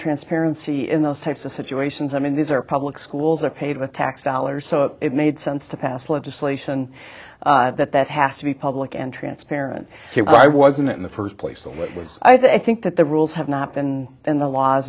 transparency in those types of situations i mean these are public schools are paid with tax dollars so it made sense to pass legislation that that has to be public and transparent why wasn't it in the first place and what was i think that the rules have not been in the laws